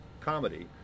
comedy